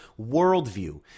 worldview